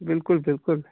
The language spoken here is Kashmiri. بلکُل بلکُل